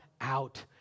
out